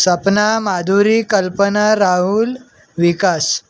Sapna Madhuri Kalpana Rahul Vikas